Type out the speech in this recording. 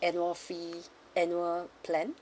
annual fee annual plan